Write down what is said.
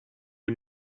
ihn